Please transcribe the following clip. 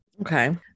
Okay